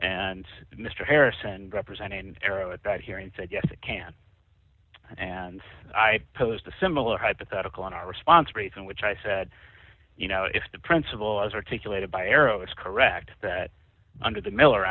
and mr harrison represented an arrow at that hearing said yes it can and i posed a similar hypothetical in our response rates in which i said you know if the principle as articulated by arrow is correct that under the miller